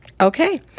Okay